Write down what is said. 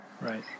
Right